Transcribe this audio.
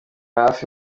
hafi